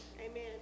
Amen